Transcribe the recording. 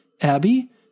Abby